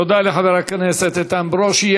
תודה לחבר הכנסת איתן ברושי.